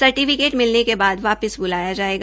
certificate मिलने के बाद वापिस बुलाया जायेगा